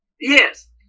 Yes